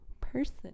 person